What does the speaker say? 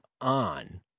on